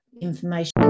information